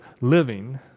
living